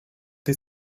tej